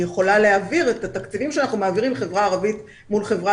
אני יכולה להעביר את התקציבים שאנחנו מעבירים חברה ערבית מול חברה